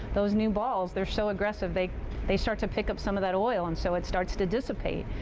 those new balls, they're so aggressive, they they start to pick up some of that oil, and so it starts to dissipate.